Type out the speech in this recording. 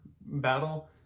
battle